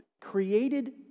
created